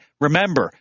Remember